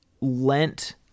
lent